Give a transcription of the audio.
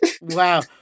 Wow